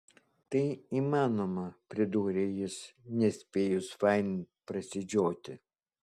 tai įmanoma pridūrė jis nespėjus fain prasižioti